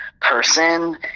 person